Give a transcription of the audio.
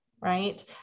right